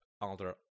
Alder